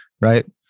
right